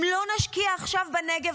אם לא נשקיע עכשיו בנגב,